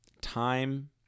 time